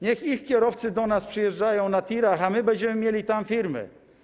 Niech ich kierowcy do nas przyjeżdżają na TIR-ach, a my będziemy mieli tam firmy.